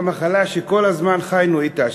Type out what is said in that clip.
המחלה שכל הזמן חיינו אתה,